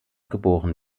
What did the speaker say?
geboren